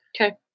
Okay